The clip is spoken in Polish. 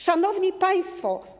Szanowni Państwo!